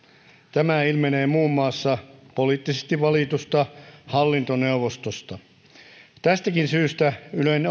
tämä ilmenee muun muassa poliittisesti valitusta hallintoneuvostosta tästäkin syystä ylen